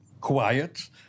quiet